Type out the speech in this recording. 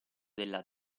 della